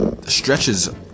stretches